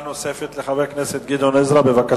חבר הכנסת גדעון עזרא שאל בנושא